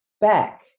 back